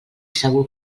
segur